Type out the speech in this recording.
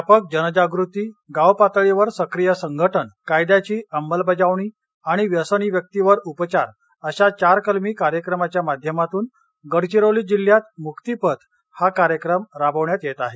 व्यापक जनजागृती गाव पातळीवर सक्रीय संघटन कायद्याची अंमलबजावणी आणि व्यसनी व्यक्तीवर उपचार अशा चार कलमी कार्यक्रमाच्या माध्यमातून गडचिरोली जिल्ह्यात मुक्तीपथ हा कार्यक्रम राबवण्यात येत आहे